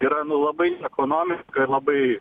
yra nu labai ekonomika ir labai